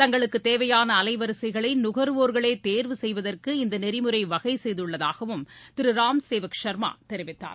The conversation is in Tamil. தங்களுக்கு தேவையான அலைவரிசைகளை நுகர்வோர்களே தேர்வு செய்வதற்கு இந்த நெறிமுறை வகை செய்துள்ளதாகவும் திரு ராம் சேவக் சர்மா தெரிவித்தார்